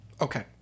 Okay